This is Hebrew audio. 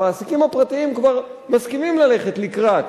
המעסיקים הפרטיים כבר מסכימים ללכת לקראת,